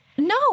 No